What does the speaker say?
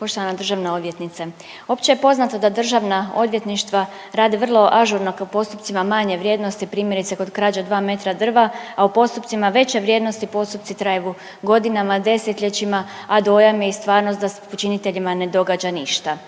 Poštovana državna odvjetnice, opće je poznato da državna odvjetništva rade vrlo ažurno po postupcima manje vrijednosti primjerice kod krađe 2 metra drva, a u postupcima veće vrijednosti postupci traju godinama, desetljećima, a dojam je i stvarnost da se počiniteljima ne događa ništa.